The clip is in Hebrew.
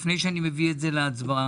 לפני שאני מביא את זה להצבעה,